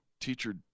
teacher